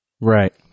Right